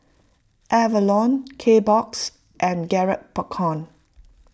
Avalon Kbox and Garrett Popcorn